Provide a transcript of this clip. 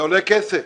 זה עולה כסף.